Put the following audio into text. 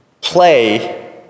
play